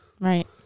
Right